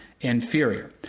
inferior